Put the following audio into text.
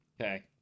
Okay